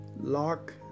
Lock